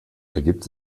ergibt